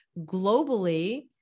globally